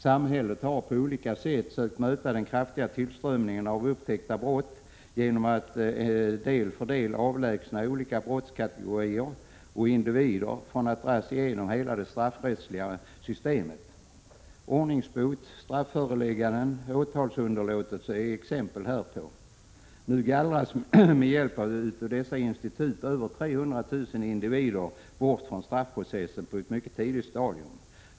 Samhället har på olika sätt sökt möta den kraftiga tillströmningen av upptäckta brott genom att del för del avlägsna olika brottskategorier och individer från att dras genom hela det straffrättsliga systemet. Ordningsbot, strafföreläggande, åtalsunderlåtelse är exempel härpå. Nu gallras med hjälp av dessa institut över 300 000 individer bort från straffprocessen på ett mycket tidigt stadium.